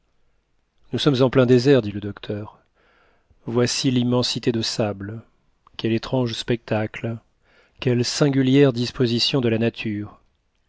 nous sommes en plein désert dit le docteur voici l'immensité de sable quel étrange spectacle quelle singulière disposition de la nature